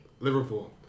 Liverpool